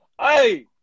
Hey